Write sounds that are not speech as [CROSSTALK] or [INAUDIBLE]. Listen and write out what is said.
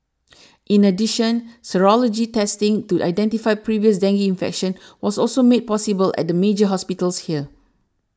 in addition serology testing to identify previous dengue infection was also made [UNINTELLIGIBLE] at the major hospitals here